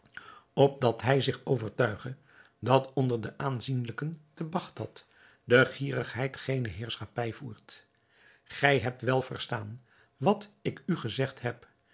opdat hij zich overtuige dat onder de aanzienlijken te bagdad de gierigheid geene heerschappij voert gij hebt wel verstaan wat ik u gezegd heb